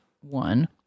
one